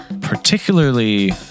particularly